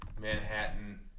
Manhattan